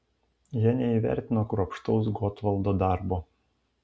jie neįvertino kruopštaus gotvaldo darbo